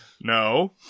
no